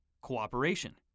Cooperation